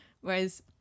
Whereas